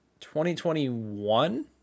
2021